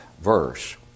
verse